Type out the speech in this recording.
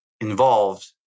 involved